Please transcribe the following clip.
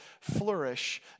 flourish